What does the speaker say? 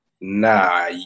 nah